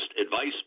advice